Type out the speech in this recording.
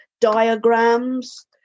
diagrams